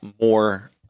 more